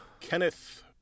Kenneth